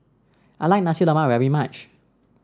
I like Nasi Lemak very much